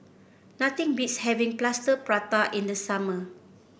nothing beats having Plaster Prata in the summer